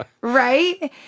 right